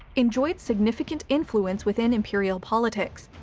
enjoyed significant influence within imperial politics,